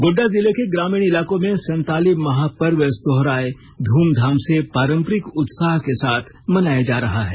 गोड्डा जिले के ग्रामीण इलाकों में संताली महापर्व सोहराय धूमधाम से पारंपरिक उत्साह के साथ मनाया जा रहा है